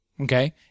okay